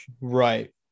Right